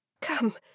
Come